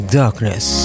darkness